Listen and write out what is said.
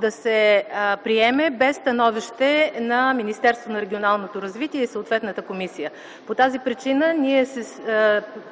да се приеме без становище на Министерството на регионалното развитие и съответната комисия. По тази причина ние